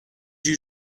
you